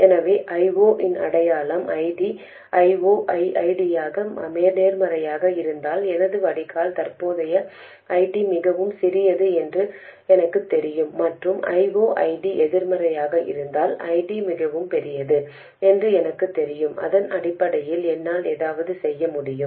எனவே I0 இன் அடையாளம் ID I0 ID நேர்மறையாக இருந்தால் எனது வடிகால் தற்போதைய ID மிகவும் சிறியது என்று எனக்குத் தெரியும் மற்றும் I0 ID எதிர்மறையாக இருந்தால் ID மிகவும் பெரியது என்று எனக்குத் தெரியும் அதன் அடிப்படையில் என்னால் ஏதாவது செய்ய முடியும்